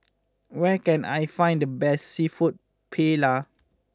where can I find the best Seafood Paella